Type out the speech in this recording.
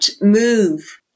move